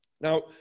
Now